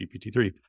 GPT-3